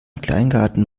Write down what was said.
kleingarten